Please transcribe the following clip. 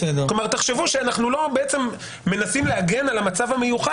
תחשבו שאנחנו לא מנסים להגן על המצב המיוחד